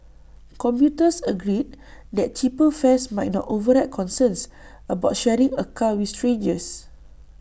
commuters agreed that cheaper fares might not override concerns about sharing A car with strangers